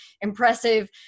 impressive